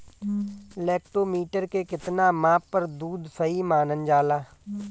Lactometer के कितना माप पर दुध सही मानन जाला?